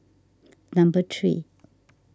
number three